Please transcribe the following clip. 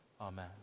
Amen